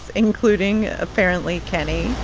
including, apparently, kenny.